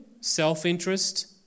self-interest